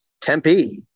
Tempe